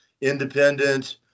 independent